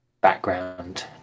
background